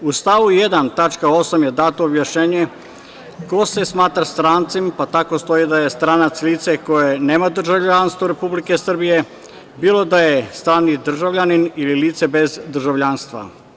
U stavu 1. tačka 8. je dato objašnjenje ko se smatra strancem, pa tako stoji da je stranac lice koje nema državljanstvo Republike Srbije, bilo da je stalni državljanin ili lice bez državljanstva.